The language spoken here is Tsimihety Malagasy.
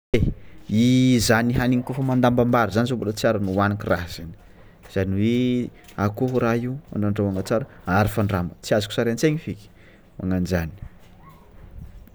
Izany hagniny kôfa mandambambary zany zô mbola tsy ary nohagniko raha zany zany hoe akôho raha io fa nandrahogna tsara aharo fandrama tsiazoko sary antsaigny feky magnanjany.